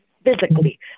Physically